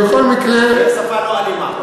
בכל מקרה, זו שפה לא אלימה.